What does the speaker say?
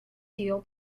deal